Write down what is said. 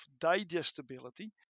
digestibility